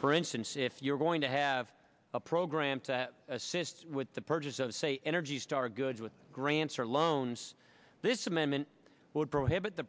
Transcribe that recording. for instance if you're going to have a program to assist with the purchase of say energy star goods with grants or loans this amendment would prohibit the